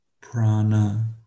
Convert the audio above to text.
Prana